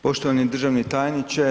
Poštovani državni tajniče.